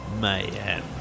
Mayhem